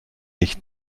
nicht